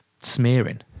smearing